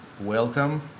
welcome